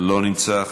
לא נמצא,